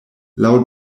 laŭ